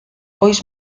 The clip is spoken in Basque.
oiz